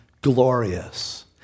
glorious